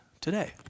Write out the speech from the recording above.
today